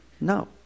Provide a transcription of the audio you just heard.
no